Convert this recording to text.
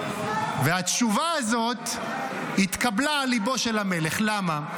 והתשובה הזאת התקבלה על ליבו של המלך, למה?